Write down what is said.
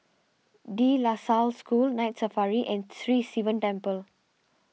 De La Salle School Night Safari and Sri Sivan Temple